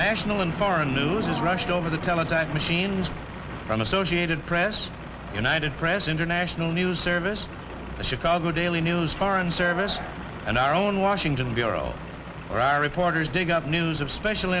national and foreign news rushed over the teletype machines from associated press united press international news service chicago daily news foreign service and our own washington bureau all reporters dig up news of special